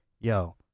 yo